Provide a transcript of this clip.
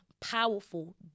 powerful